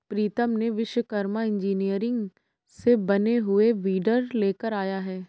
प्रीतम ने विश्वकर्मा इंजीनियरिंग से बने हुए वीडर लेकर आया है